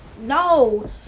no